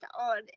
on